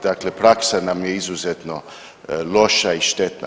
Dakle, praksa nam je izuzetno loša i štetna.